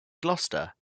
gloucester